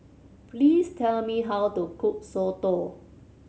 please tell me how to cook soto